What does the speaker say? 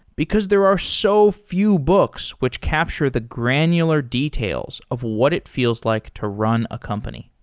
because there are so few books which capture the granular details of what it feels like to run a company.